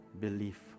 belief